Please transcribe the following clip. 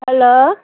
hello